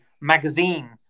magazine